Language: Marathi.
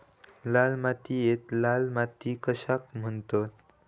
लाल मातीयेक लाल माती कशाक म्हणतत?